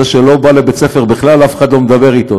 זה שלא בא לבית-הספר בכלל, אף אחד לא מדבר אתו.